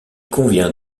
convient